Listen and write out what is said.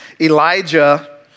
Elijah